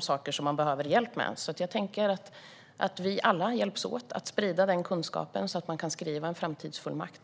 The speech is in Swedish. sådant man behöver hjälp med. Vi alla kan hjälpas åt att sprida denna kunskap så att folk kan skriva en framtidsfullmakt.